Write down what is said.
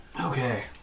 Okay